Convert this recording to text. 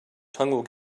tongue